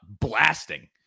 blasting